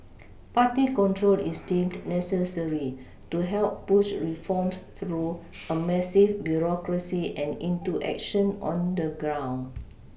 party control is deemed necessary to help push reforms through a massive bureaucracy and into action on the ground